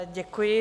Děkuji.